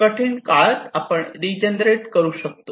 कठीण काळात आपण रीजनरेट करू शकतो